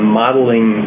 modeling